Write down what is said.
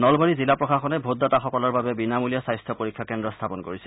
নলবাৰী জিলা প্ৰশাসনে ভোটদাতাসকলৰ বাবে বিনামূলীয়া স্বাস্থ্য পৰীক্ষা কেন্দ্ৰ স্থাপন কৰিছে